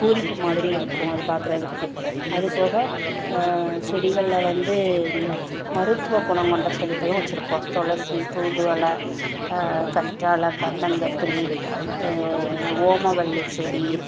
பூரிப்பு மாதிரி இருக்கும் அது பார்க்குறதுக்கு அதுபோக செடிகளில் வந்து மருத்துவ குணம் கொண்ட செடிகளும் வச்சுருக்கோம் துளசி தூதுவளை கற்றாலை கண்டங்கத்திரி ஓமவல்லி செடி